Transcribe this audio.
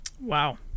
Wow